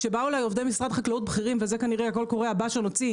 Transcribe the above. כשבאו אליי עובדים משרד החקלאות בכירים וזה כנראה הקול קורא הבא שנוציא,